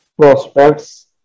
prospects